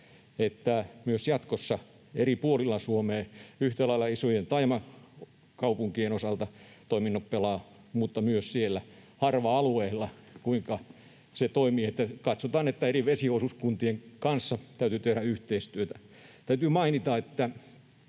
että myös jatkossa eri puolilla Suomea toiminnot pelaavat yhtä lailla isojen taajamakaupunkien osalta mutta myös siellä harva-alueilla ja katsotaan, että eri vesiosuuskuntien kanssa täytyy tehdä yhteistyötä. Täytyy mainita,